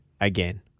again